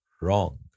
wrong